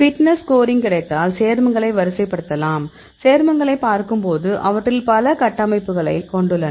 fitness scoring கிடைத்தால் சேர்மங்களை வரிசைப்படுத்தலாம் சேர்மங்களைப் பார்க்கும்போது அவற்றில் பல ஒத்த கட்டமைப்புகளைக் கொண்டுள்ளன